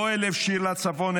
לא אלף שיר לצפון,